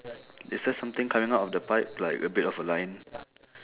is there something coming out of the pipe like a bit of a line